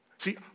See